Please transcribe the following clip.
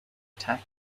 attack